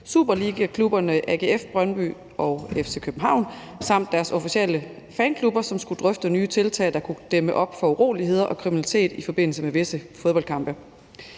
superligaklubberne AGF, Brøndby og FC København samt deres officielle fanklubber, som skulle drøfte nye tiltag, der kunne dæmme op for uroligheder og kriminalitet i forbindelse med visse fodboldkampe.